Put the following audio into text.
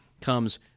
comes